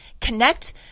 connect